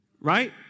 Right